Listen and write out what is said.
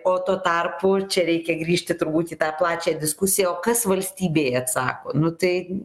o tuo tarpu čia reikia grįžti turbūt į tą plačią diskusiją o kas valstybėj atsako nu tai